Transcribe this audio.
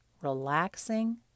relaxing